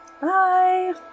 Bye